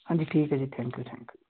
ਹਾਂਜੀ ਠੀਕ ਹੈ ਜੀ ਥੈਂਕਿਊ ਥੈਂਕਿਊ